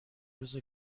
روز